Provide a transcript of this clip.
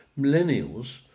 millennials